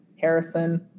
Harrison